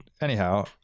anyhow